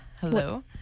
Hello